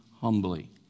humbly